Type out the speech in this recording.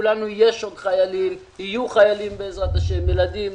לכולנו יש חיילים בבית ובעזרת השם יהיו חיילים,